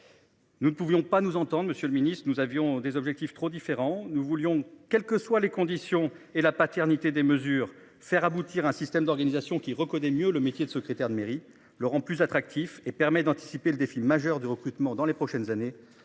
Nous ne pouvions pas nous entendent, Monsieur le Ministre, nous avions des objectifs trop différents, nous voulions quelles que soient les conditions et la paternité des mesures faire aboutir un système d'organisation qui reconnaît mieux le métier de secrétaire de mairie Laurent plus attractif et permet d'anticiper le défi majeur du recrutement dans les prochaines années.